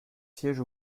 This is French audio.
siège